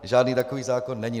Žádný takový zákon není.